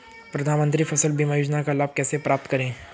प्रधानमंत्री फसल बीमा योजना का लाभ कैसे प्राप्त करें?